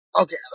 okay